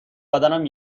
بدنم